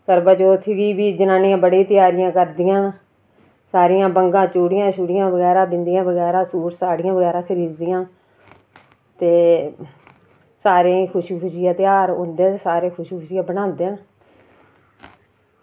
करवाचौथ गी बी जनानियां बड़ी त्यारियां करदियां न सारियां बंग्गां चूड़ियां बगैरा सूट साड़ियां बगैरा खरीद दियां ते सारें ई खुशी खुशिया त्यार औंदे न ते खुशी खुशिया बनांदे न